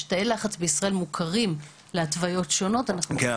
תאי לחץ שיהיו מוכרים להתוויות שונות --- כן,